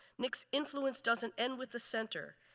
nic's influence doesn't end with the center.